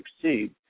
succeed